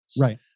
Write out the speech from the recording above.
Right